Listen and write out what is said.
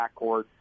backcourt